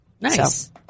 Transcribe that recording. Nice